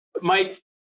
Mike